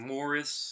Morris